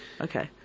Okay